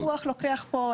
הפיקוח לוקח פה,